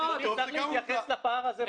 נצטרך להתייחס לפער הזה במספרים.